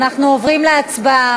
אנחנו עוברים להצבעה.